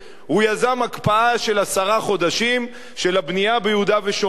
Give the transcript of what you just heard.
הוא יזם הקפאה של עשרה חודשים של הבנייה ביהודה ושומרון.